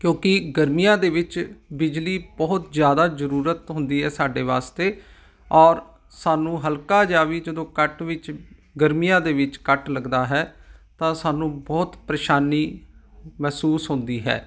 ਕਿਉਂਕਿ ਗਰਮੀਆਂ ਦੇ ਵਿੱਚ ਬਿਜਲੀ ਬਹੁਤ ਜ਼ਿਆਦਾ ਜ਼ਰੂਰਤ ਹੁੰਦੀ ਹੈ ਸਾਡੇ ਵਾਸਤੇ ਔਰ ਸਾਨੂੰ ਹਲਕਾ ਜਿਹਾ ਵੀ ਜਦੋਂ ਕੱਟ ਵਿੱਚ ਗਰਮੀਆਂ ਦੇ ਵਿੱਚ ਕੱਟ ਲੱਗਦਾ ਹੈ ਤਾਂ ਸਾਨੂੰ ਬਹੁਤ ਪਰੇਸ਼ਾਨੀ ਮਹਿਸੂਸ ਹੁੰਦੀ ਹੈ